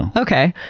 um okay.